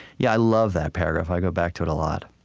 yeah, i love that paragraph. i go back to it a lot